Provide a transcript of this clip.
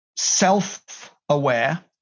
self-aware